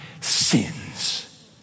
sins